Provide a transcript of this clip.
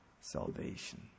salvation